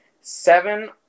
seven